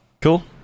Cool